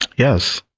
yes.